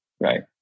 right